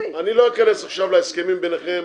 אני לא אכנס עכשיו להסכמים ביניכם,